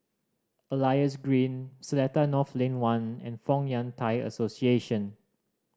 Elias Green Seletar North Lane One and Fong Yun Thai Association